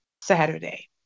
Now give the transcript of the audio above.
Saturday